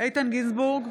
גינזבורג,